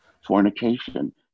fornication